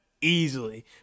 easily